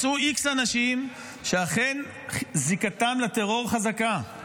מצאו איקס אנשים שאכן זיקתם לטרור חזקה.